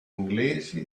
inglesi